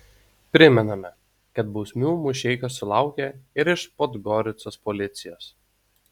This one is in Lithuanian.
primename kad bausmių mušeikos sulaukė ir iš podgoricos policijos